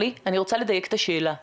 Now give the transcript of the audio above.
אני רוצה לדייק את השאלה שלי.